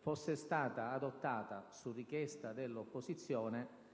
fosse stata adottata, su richiesta dell'opposizione,